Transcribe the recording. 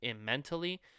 mentally